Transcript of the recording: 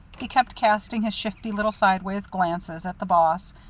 he kept casting his shifty little sidewise glances at the boss,